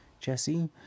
Jesse